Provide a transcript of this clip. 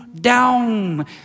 down